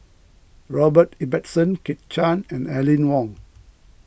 Robert Ibbetson Kit Chan and Aline Wong